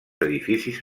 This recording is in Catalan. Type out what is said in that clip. edificis